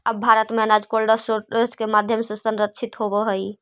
अब भारत में अनाज कोल्डस्टोरेज के माध्यम से संरक्षित होवऽ हइ